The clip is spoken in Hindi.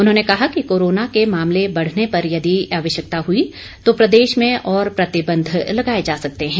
उन्होंने कहा कि कोरोना के मामले बढ़ने पर यदि आवश्यकता हुई तो प्रदेश में और प्रतिबंध लगाए जा सकते हैं